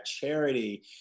Charity